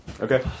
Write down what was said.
Okay